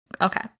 okay